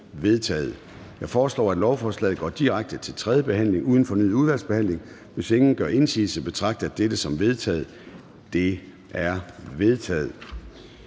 Jeg foreslår, at lovforslaget går direkte til tredje behandling uden fornyet udvalgsbehandling. Hvis ingen gør indsigelse, betragter jeg dette som vedtaget. Det er vedtaget.